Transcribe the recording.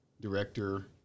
director